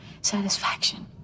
satisfaction